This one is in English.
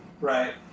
Right